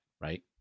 right